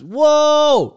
Whoa